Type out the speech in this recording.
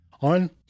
on